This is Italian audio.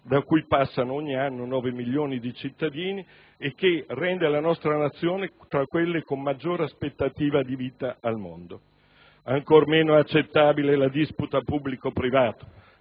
da cui passano ogni anno nove milioni di cittadini e che pone la nostra Nazione tra quelle con maggior aspettativa di vita al mondo. Ancora meno accettabile è la disputa tra pubblico e privato.